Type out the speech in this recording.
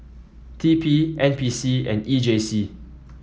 T P N P C and E J C